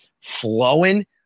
flowing